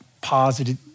positive